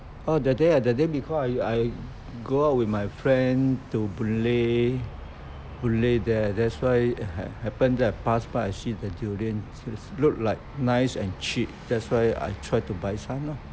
oh that day ah that day before I I go out to my friend to boon lay boon lay there that's why happened to pass by I see the durian look like nice and cheap that's why I tried to buy some lor